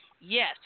Yes